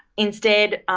instead,